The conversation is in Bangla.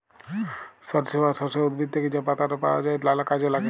সরিষা বা সর্ষে উদ্ভিদ থ্যাকে যা পাতাট পাওয়া যায় লালা কাজে ল্যাগে